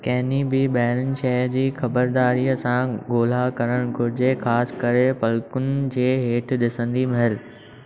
किंहिं बि ॿाहिरीं शै जी ख़बरदारीअ असां गो॒ल्हा करणु घुरिजे ख़ासि करे पलकुनि जे हेठि डि॒संदे महिल